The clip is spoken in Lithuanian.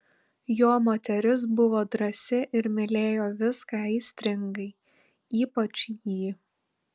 jo moteris buvo drąsi ir mylėjo viską aistringai ypač jį